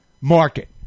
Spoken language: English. market